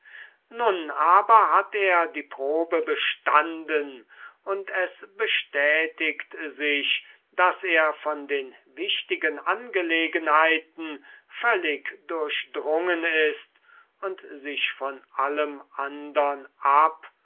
nun aber hat er die probe bestanden und es bestätigt sich daß er von der wichtigen angelegenheit völlig durchdrungen ist und sich von allem andern ab